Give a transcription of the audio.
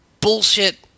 bullshit